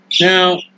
Now